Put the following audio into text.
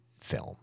film